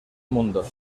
mundo